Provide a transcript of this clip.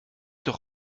doch